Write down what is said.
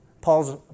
Paul's